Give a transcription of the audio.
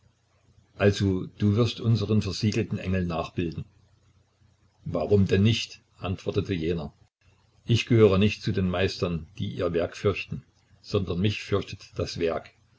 also wirst du unseren versiegelten engel nachbilden warum denn nicht antwortete jener ich gehöre nicht zu den meistern die ihr werk fürchten sondern mich fürchtet das werk